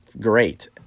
great